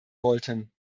wollten